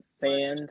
fans